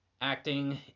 acting